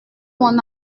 mon